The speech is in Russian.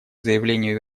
заявлению